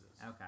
Okay